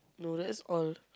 no that's all